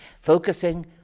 focusing